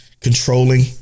controlling